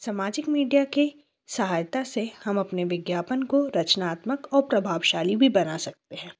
सामाजिक मीडिया के सहायता से हम अपने विज्ञापन को रचनात्मक और प्रभावशाली भी बना सकते हैं